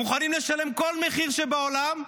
מוכנים לשלם כל מחיר שבעולם,